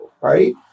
right